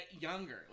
younger